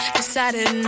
decided